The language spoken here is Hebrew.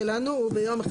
ובלבד